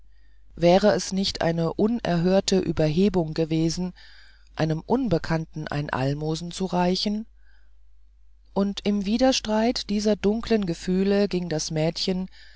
wäre es nicht eine unerhörte überhebung gewesen einem unbekannten ein almosen zu reichen und im widerstreit dieser dunkeln gefühle ging das mädchen